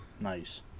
Nice